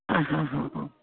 ಹಾಂ ಹಾಂ ಹಾಂ ಹಾಂ